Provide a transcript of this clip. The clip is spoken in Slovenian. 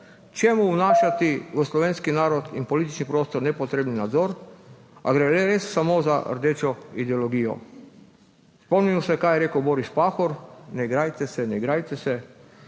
Čemu vnašati v slovenski narod in politični prostor nepotreben nadzor? Ali gre res samo za rdečo ideologijo? Spomnimo se, kaj je rekel Boris Pahor: »Ne igrajte se. Ne igrajte se.«